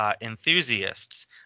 enthusiasts